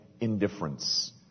indifference